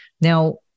Now